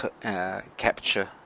capture